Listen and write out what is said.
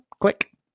click